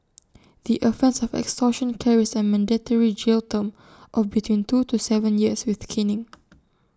the offence of extortion carries A mandatory jail term of between two to Seven years with caning